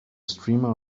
streamer